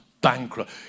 bankrupt